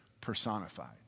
personified